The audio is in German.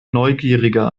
neugierige